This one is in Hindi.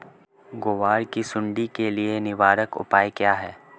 ग्वार की सुंडी के लिए निवारक उपाय क्या है?